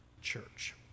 church